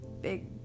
big